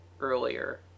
earlier